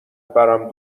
برام